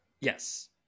Yes